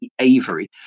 Avery